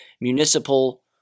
municipal